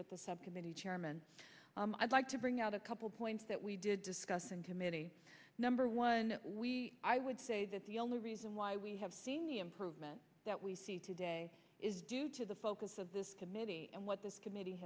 with the subcommittee chairman i'd like to bring out a couple of points that we did discuss in committee number one i would say that the only reason why we have seen the improvement that we see today is due to the focus of this committee and what this committee